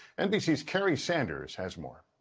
nbc's kerry sanders has more.